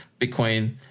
bitcoin